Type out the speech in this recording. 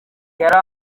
yari